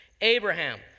Abraham